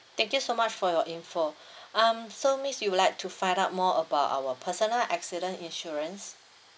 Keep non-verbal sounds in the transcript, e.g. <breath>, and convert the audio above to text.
thank you so much for your info <breath> um so miss you would like to find out more about our personal accident insurance